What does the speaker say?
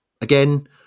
again